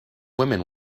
women